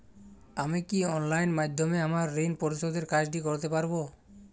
আমি কি অনলাইন মাধ্যমে আমার ঋণ পরিশোধের কাজটি করতে পারব?